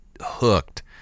hooked